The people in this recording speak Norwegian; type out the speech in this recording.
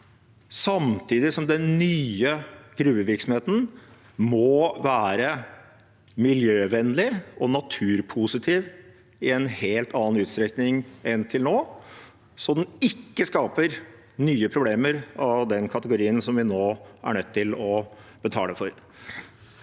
samtidig som den nye gruvevirksomheten må være miljøvennlig og naturpositiv i en helt annen utstrekning enn til nå, slik at den ikke skaper nye problemer av den kategorien som vi nå er nødt til å betale for.